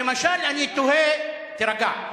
למשל, אני תוהה, תירגע.